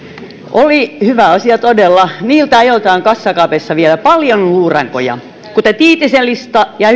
oli hyvä asia todella niiltä ajoilta on kassakaapeissa vielä paljon luurankoja kuten tiitisen lista ja